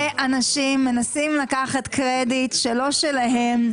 איך כל כך הרבה אנשים מנסים לקחת קרדיט שלא שלהם.